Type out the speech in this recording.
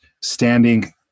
standing